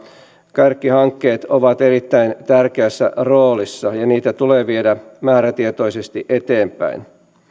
kärkihankkeet ovat erittäin tärkeässä roolissa ja niitä tulee viedä määrätietoisesti eteenpäin